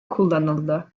kullanıldı